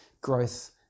growth